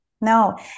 No